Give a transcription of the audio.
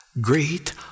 Great